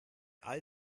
all